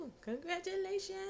Congratulations